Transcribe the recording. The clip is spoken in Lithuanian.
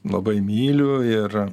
labai myliu ir